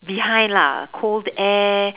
behind lah cold air